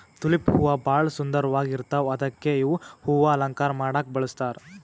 tulip ಹೂವಾ ಭಾಳ್ ಸುಂದರ್ವಾಗ್ ಇರ್ತವ್ ಅದಕ್ಕೆ ಇವ್ ಹೂವಾ ಅಲಂಕಾರ್ ಮಾಡಕ್ಕ್ ಬಳಸ್ತಾರ್